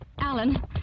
Alan